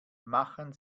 machen